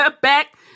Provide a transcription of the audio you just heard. back